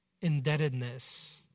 indebtedness